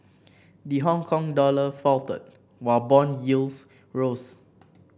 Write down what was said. the Hongkong dollar faltered while bond yields rose